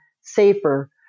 safer